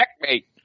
Checkmate